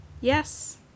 Yes